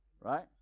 right